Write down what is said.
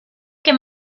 him